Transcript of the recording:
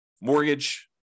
mortgage